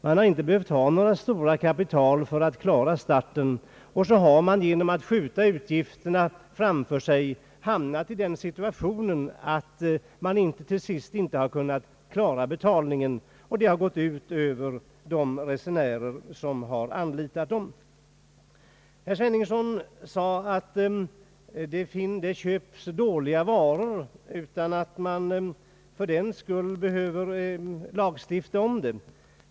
Man har inte behövt några stora kapital för att klara starten och så har man genom att skjuta utgifterna framför sig hamnat i den situationen att man till sist inte kunnat klara betalningen, vilket har gått ut över de resenärer som anlitat dessa resebyråer. Herr Sveningsson sade att det köps dåliga varor utan att man fördenskull behöver lagstifta mot det.